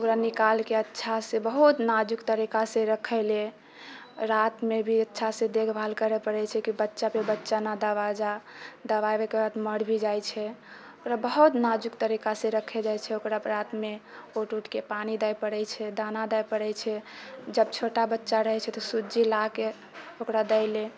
ओकरा निकालके अच्छासँ बहुत नाजुक तरीकासँ रखै ले रातमे भी अच्छासँ देखभाल करै पड़ै छै कि बच्चा पर बच्चा नहि दबा जाइ दबाबैके बाद मर भी जाइ छै ओकरा बहुत नाजुक तरीकासँ रखे जाइ छै ओकरा रातमे उठि उठिके पानि दै पड़ै छै दाना दै पड़ै छै जब छोटा बच्चा रहै छै ओकरा सुज्जी लाके दै लअ